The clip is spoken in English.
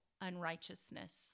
unrighteousness